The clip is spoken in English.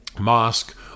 mosque